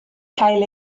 cael